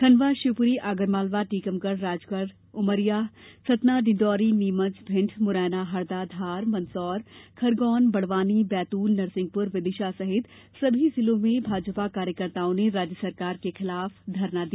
खंडवा शिवपुरी आगरमालवा टीकमगढ़ राजगढ़ उमरिया सतना डिण्डौरी नीमच भिण्ड मुरैना हरदा धार मंदसौर खरगौन बड़वानी बैतूलनरसिंहपुर विदिशा सहित विभिन्न जिलों में भाजपा कार्यकर्ताओं ने राज्य सरकार के खिलाफ धरना दिया